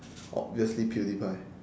obviously pewdiepie